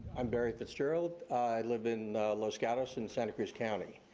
i'm barry fitzgerald. i live in los gatos in santa cruz county,